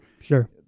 Sure